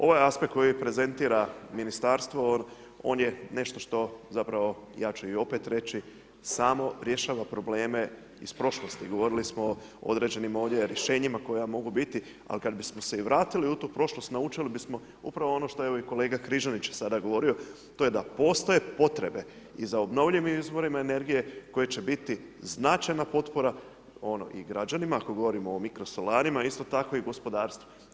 Ovaj je aspekt koji prezentira ministarstvo on je nešto što zapravo ja ću i opet reći, samo rješava probleme iz prošlosti, govorili smo o određenim ovdje rješenjima koja mogu biti, ali kada bismo se vratili u tu prošlost, naučili bismo se upravo ono što i evo kolega Križanić je sada govorio, to je da postoje potrebe i za obnovljivim izvorima energije, koje će biti značajna potpora i građanima ako govorimo o mikrosolarima isto tako i gospodarstvu.